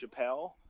Chappelle